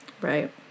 right